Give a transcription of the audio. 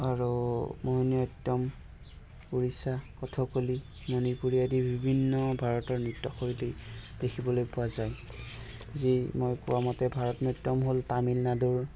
আৰু মোহিনীয়াট্টম উৰিষ্যা কথকলি মণিপুৰী আদি বিভিন্ন ভাৰতৰ নৃত্যশৈলী দেখিবলৈ পোৱা যায় যি মই কোৱা মতে ভাৰত নাট্যম হ'ল তামিলনাডুৰ